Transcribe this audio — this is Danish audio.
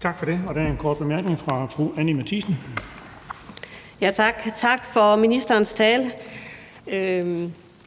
Tak for det. Der er en kort bemærkning fra fru Anni Matthiesen. Kl. 15:35 Anni Matthiesen (V): Tak, og tak for ministerens tale.